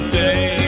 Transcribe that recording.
day